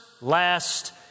last